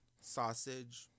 Sausage